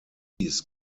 these